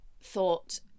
thought